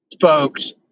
folks